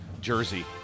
jersey